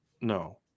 No